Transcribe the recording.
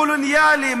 קולוניאלי,